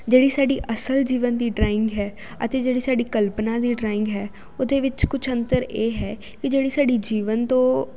ਜਿਹੜੀ ਸਾਡੀ ਅਸਲ ਜੀਵਨ ਦੀ ਡਰਾਇੰਗ ਹੈ ਅਤੇ ਜਿਹੜੀ ਸਾਡੀ ਕਲਪਨਾ ਦੀ ਡਰਾਇੰਗ ਹੈ ਉਹਦੇ ਵਿੱਚ ਕੁਝ ਅੰਤਰ ਇਹ ਹੈ ਕਿ ਜਿਹੜੀ ਸਾਡੀ ਜੀਵਨ ਤੋਂ